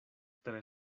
tre